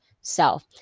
self